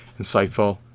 insightful